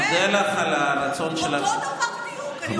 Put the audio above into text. אני מודה לך על הרצון שלך --- אותו דבר בדיוק.